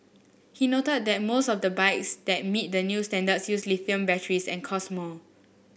he noted that most of the bikes that meet the new standards use lithium batteries and cost more